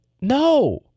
no